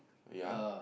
ya